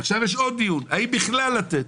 ועכשיו יש עוד דיון, האם בכלל לתת?